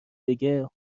بگه